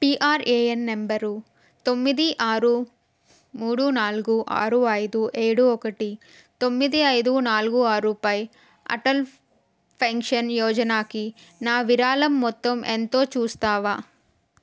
PRAN number తొమ్మిది ఆరు మూడు నాలుగు ఆరు ఐదు ఏడు ఒకటి తొమ్మిది ఐదు నాలుగు ఆరు పై అటల్ పెన్షన్ యోజనాకి నా విరాళం మొత్తం ఎంతో చూస్తావా